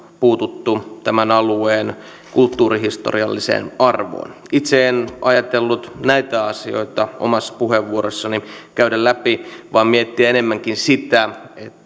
puututtu tämän alueen kulttuurihistorialliseen arvoon itse en ajatellut näitä asioita omassa puheenvuorossani käydä läpi vaan miettiä enemmänkin sitä